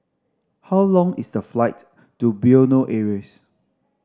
how long is the flight to Bueno Aires